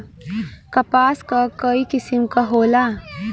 कपास क कई किसिम क होला